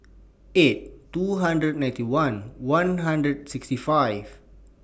eight two hundred ninety one one hundred sixty five